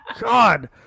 God